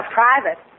private